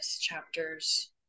chapters